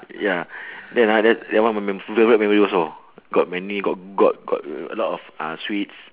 ya then ah then that one m~ my favourite memory also got many got got got a lot of uh sweets